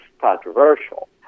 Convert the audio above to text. controversial